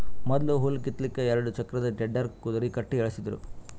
ಮೊದ್ಲ ಹುಲ್ಲ್ ಕಿತ್ತಲಕ್ಕ್ ಎರಡ ಚಕ್ರದ್ ಟೆಡ್ಡರ್ ಕುದರಿ ಕಟ್ಟಿ ಎಳಸ್ತಿದ್ರು